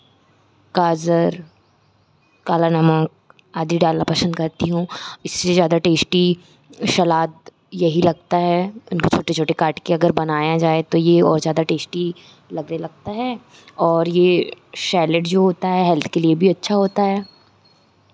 गाज़र काला नमक आदि डालना पसंद करती हूँ इसलिए ज़्यादा टेस्टी सलाद यही लगता है इनके छोटे छोटे काट के अगर बनाया जाए तो ये और ज़्यादा टेस्टी लगने लगता है और ये सैलेड जो होता है हेल्थ के लिए अच्छा होता है